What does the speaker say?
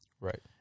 Right